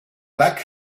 black